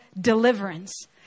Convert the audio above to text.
deliverance